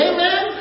Amen